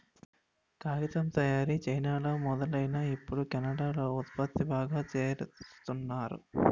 కాగితం తయారీ చైనాలో మొదలైనా ఇప్పుడు కెనడా లో ఉత్పత్తి బాగా చేస్తున్నారు